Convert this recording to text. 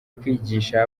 kwigisha